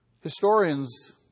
Historians